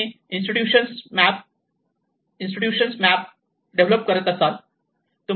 तुम्ही intuitions map develop करत असाल